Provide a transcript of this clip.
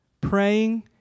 praying